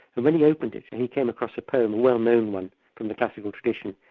and when he opened it he came across a poem, a well-known one from the classical tradition,